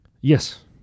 yes